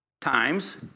times